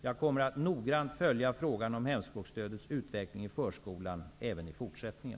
Jag kommer att noggrant följa frågan om hemspråksstödets utveckling i förskolan även i fortsättningen.